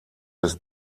des